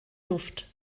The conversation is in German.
duft